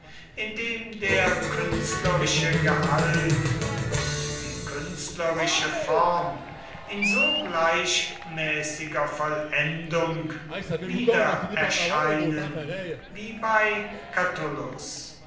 dem der künstlerische gehalt und die künstlerische form in so gleichmäßiger vollendung wiedererscheinen wie bei